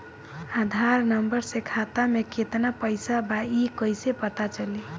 आधार number से खाता में केतना पईसा बा ई क्ईसे पता चलि?